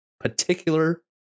particular